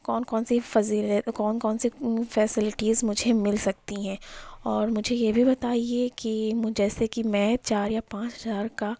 کون کون سی فزی کون کون سی فیسیلٹیز مجھے مل سکتی ہیں اور مجھے یہ بھی بتائیے کہ جیسے کہ میں چار یا پانچ ہزار کا